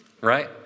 Right